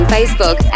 Facebook